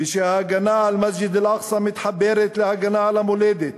ושההגנה על מסגד אל-אקצא מתחברת להגנה על המולדת